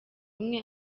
umwe